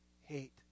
hate